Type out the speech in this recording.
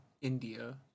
India